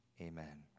Amen